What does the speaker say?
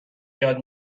یاد